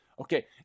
Okay